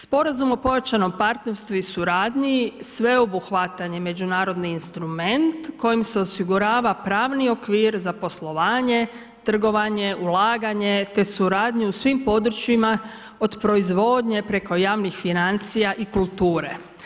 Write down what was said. Sporazum o pojačanom partnerstvu i suradnji sveobuhvatan je međunarodni instrument kojim se osigurava pravni okvir za poslovanje, trgovanje, ulaganje, te suradnju u svim područjima od proizvodnje, preko javnih financija i kulture.